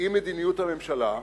עם מדיניות הממשלה,